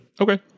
Okay